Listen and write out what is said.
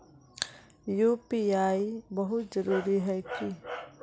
UPI बहुत जरूरी है की?